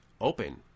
open